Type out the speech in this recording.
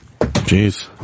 Jeez